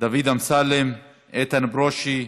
דוד אמסלם, איתן ברושי,